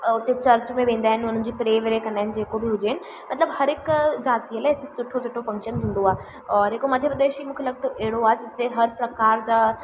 हुते चर्च में वेंदा आहिनि उन्हनि जी प्रे व्रे कंदा आहिनि जेको बि हुजे मतिलबु हर हिकु जातीअ लाइ हिते सुठो सुठो फंक्शन थींदो आहे और हिकु मध्य प्रदेश ई मूंखे लॻंदो अहिड़ो आहे जिते हर प्रकार जा